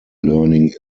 learning